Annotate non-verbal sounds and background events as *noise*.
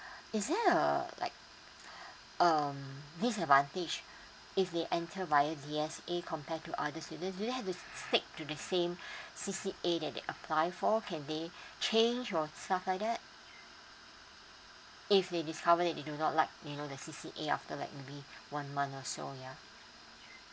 *breath* is there a like *breath* um this advantage *breath* if they enter via D_S_A compared to other student do you have to stay to the same *breath* C_C_A that they apply for can they *breath* change or stuff like that if they discovered that they do not like you know the C_C_A after like maybe one month or so ya